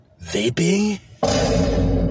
vaping